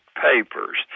Papers